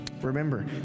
Remember